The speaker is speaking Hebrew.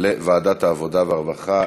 לוועדת העבודה והרווחה?